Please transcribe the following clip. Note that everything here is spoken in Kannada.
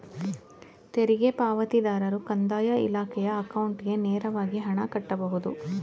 ತೆರಿಗೆ ಪಾವತಿದಾರರು ಕಂದಾಯ ಇಲಾಖೆಯ ಅಕೌಂಟ್ಗೆ ನೇರವಾಗಿ ಹಣ ಕಟ್ಟಬಹುದು